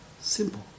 Simple